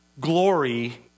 glory